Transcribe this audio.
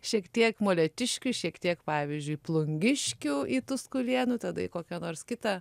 šiek tiek molėtiškių šiek tiek pavyzdžiui plungiškių į tuskulėnų tada į kokią nors kitą